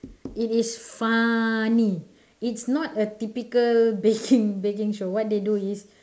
it is funny it's not a typical baking baking show what they do is